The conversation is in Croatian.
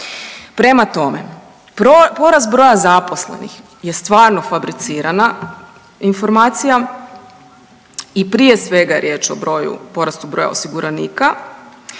Prema tome, porast broja zaposlenih je stvarno fabricirana informacija i prije svega je riječ o broju porasta osiguranika